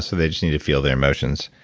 so they just need to feel their emotions.